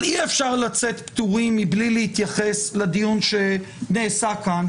אבל אי-אפשר לצאת פטורים מבלי להתייחס לדיון שנעשה כאן,